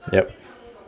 yup